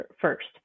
first